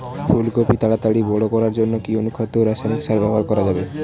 ফুল কপি তাড়াতাড়ি বড় করার জন্য কি অনুখাদ্য ও রাসায়নিক সার ব্যবহার করা যাবে?